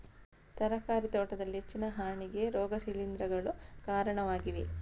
ತರಕಾರಿ ತೋಟದಲ್ಲಿ ಹೆಚ್ಚಿನ ಹಾನಿಗೆ ರೋಗ ಶಿಲೀಂಧ್ರಗಳು ಕಾರಣವಾಗಿವೆ